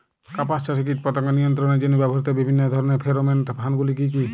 কাপাস চাষে কীটপতঙ্গ নিয়ন্ত্রণের জন্য ব্যবহৃত বিভিন্ন ধরণের ফেরোমোন ফাঁদ গুলি কী?